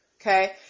okay